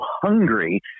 hungry